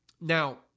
Now